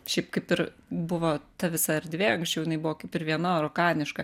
šiaip kaip ir buvo ta visa erdvė anksčiau jinai buvo kaip ir viena rokaniška